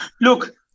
Look